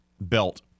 belt